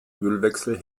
ölwechsel